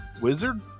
Wizard